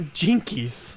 jinkies